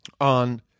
on